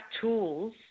tools